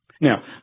Now